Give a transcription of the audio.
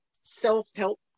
self-help